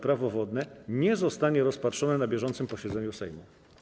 Prawo wodne, nie zostanie rozpatrzony na bieżącym posiedzeniu Sejmu.